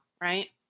right